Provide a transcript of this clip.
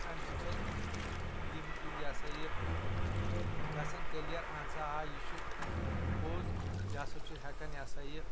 امہِ سۭتۍ چھُ اسہِ یِم یہِ ہسا یہِ گژھان کٔلیر اہن سا آ یہِ چھُ پوٚز یہِ ہسا چھُ ہٮ۪کان یہِ ہسا یہِ